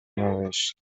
نوشت